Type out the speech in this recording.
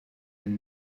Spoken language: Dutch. een